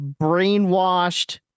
brainwashed